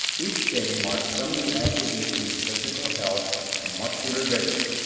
each day marked some new acquisition in physical health and muscular vigor,